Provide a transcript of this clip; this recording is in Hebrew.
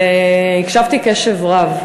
והקשבתי קשב רב.